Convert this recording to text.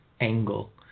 angle